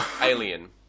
Alien